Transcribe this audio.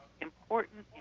important